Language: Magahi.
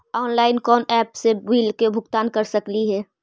ऑनलाइन कोन एप से बिल के भुगतान कर सकली ही?